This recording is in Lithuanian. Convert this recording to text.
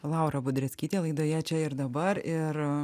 laura budreckytė laidoje čia ir dabar ir